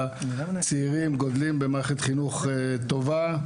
שהצעירים גדלים במערכת חינוך טובה,